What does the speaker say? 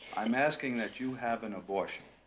i'm asking that you have an abortion